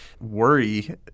worry